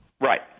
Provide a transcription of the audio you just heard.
Right